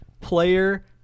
player